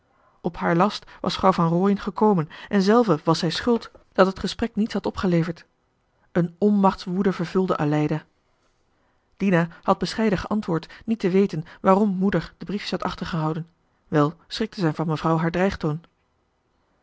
op haar last was vrouw van rooien gekomen en zelve johan de meester de zonde in het deftige dorp was zij schuld dat het gesprek niets had opgeleverd een onmachtswoede vervulde aleida dina had bescheiden geantwoord niet te weten waarom moeder de briefjes had achtergehouden wel schrikte zij van mevrouw haar